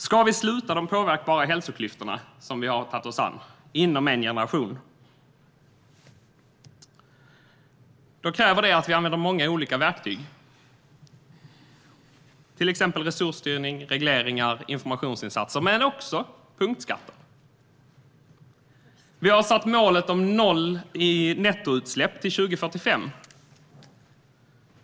Om vi ska sluta de påverkbara hälsoklyftorna, som vi har tagit oss an, inom en generation krävs att vi använder många olika verktyg, till exempel resursstyrning, regleringar och informationsinsatser men också punktskatter. Vi har satt upp målet om noll nettoutsläpp till 2045.